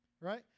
Right